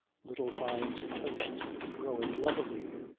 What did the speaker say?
little fyne's toast growing leathery,